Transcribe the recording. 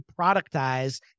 productize